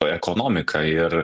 ekonomiką ir